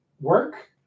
work